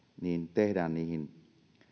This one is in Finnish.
tehdään niihin